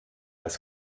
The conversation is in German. als